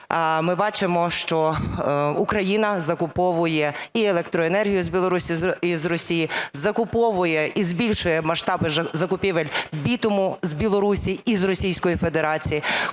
Ми бачимо, що Україна закуповує електроенергію з Білорусі і з Росії, закуповує і збільшує масштаби закупівель бітуму з Білорусі і з Російської Федерації.